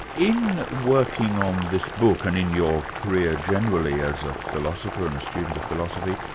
in working on this book, and in your career generally as a philosopher and a student of philosophy,